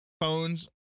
phones